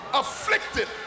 afflicted